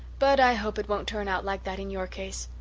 but i hope it won't turn out like that in your case.